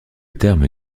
terme